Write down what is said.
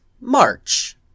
March